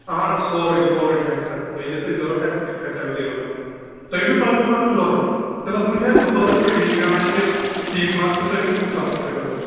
اَہَن حظ سورُے سورُے چھُ اَسہِ حظ تۅہہِ یہِ تۅہہِ ضروٗرت آسوٕ تہِ چھُ اَسہِ ایویلیبٕل حظ تُہۍ ؤنِو تۅہہِ کُس اکھ چھُ ضروٗرت تیٖلس منٛز چھُ اَسہِ دو پٔتر تہٕ وی برٛانٛڈ تہِ پی مارک تہِ تُہۍ ؤنِو کُس اکھ چھُ تۅہہِ حظ ضروٗرت